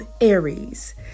Aries